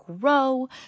grow